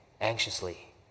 anxiously